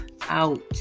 out